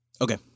Okay